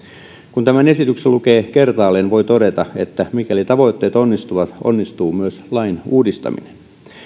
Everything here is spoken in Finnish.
kun tämän esityksen lukee kertaalleen voi todeta että mikäli tavoitteet onnistuvat onnistuu myös lain uudistaminen